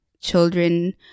children